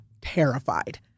terrified